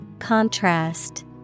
Contrast